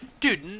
Dude